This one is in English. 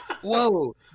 Whoa